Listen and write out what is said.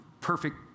perfect